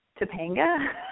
Topanga